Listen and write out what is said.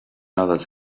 others